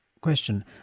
question